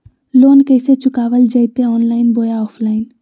Loan कैसे चुकाबल जयते ऑनलाइन बोया ऑफलाइन?